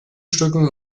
stücken